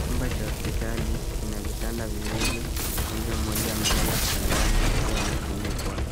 Chumba cha hospitali kina vitanda viwili. Mgonjwa mmoja amelala kitandani akiwa amefunikwa.